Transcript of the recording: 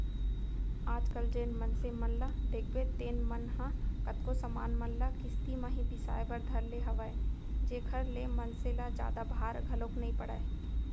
आज कल जेन मनसे मन ल देखबे तेन मन ह कतको समान मन ल किस्ती म ही बिसाय बर धर ले हवय जेखर ले मनसे ल जादा भार घलोक नइ पड़य